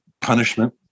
punishment